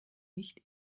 nicht